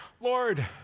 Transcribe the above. Lord